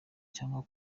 cyangwa